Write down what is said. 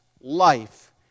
life